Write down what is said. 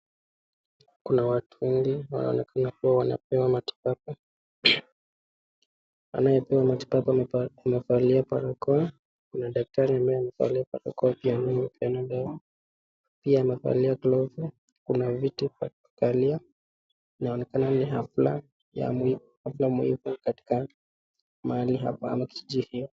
Kuna watu wengi wanaonekana kuwa wanapewa matibabu. Anayepewa matibabu amevalia barakoa, kuna daktari ambaye amevalia barakoa pia na pia na dawa. Pia amevalia glovu. Kuna viti vya kukalia. Inaonekana ni hafla ya mwili hafla muhimu katika mahali hapa ama kijiji.